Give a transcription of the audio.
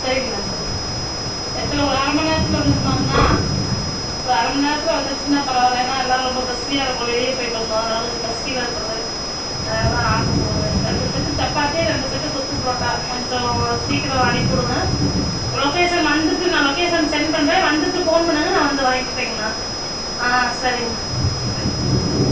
சரிங்கணா சரிங்க எத்தனை ஒரு அரை மணி நேரத்தில் வந்துருமாங்கணா ஒரு அரை மணி நேரத்தில் வந்துருச்சுன்னால் பரவாயில்லண்ணா எல்லாம் ரொம்ப பசியாக இருக்கோம் வெளியே போய்ட்டு வந்தோம் அதனால கொஞ்சம் பசியில் இருக்கிறது அதனாலதான் ஆர்ட்ரு போட்டது ரெண்டு செட்டு சப்பாத்தி ரெண்டு செட்டு கொத்து பரோட்டா கொஞ்சம் சீக்கிரம் அனுப்பிவிடுங்க லொக்கேஷன் வந்துட்டு நான் லொக்கேஷன் சென்ட் பண்றேன் வந்துட்டு ஃபோன் பண்ணுங்கள் நான் வந்து வாங்கிக்கிறேங்கணா சரிங்கணா சரி